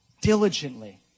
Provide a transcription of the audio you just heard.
Diligently